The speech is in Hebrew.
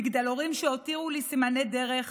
מגדלורים שהותירו לי סימני דרך